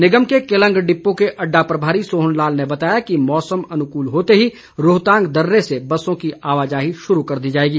निगम के केलंग डिपो के अड्डा प्रभारी सोहन लाल ने बताया कि मौसम अनुकूल होते ही रोहतांग दर्रे से बसों की आवाजाही शुरू कर दी जाएगी